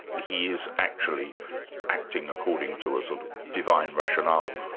he is actually acting according to a sort of divine rationale.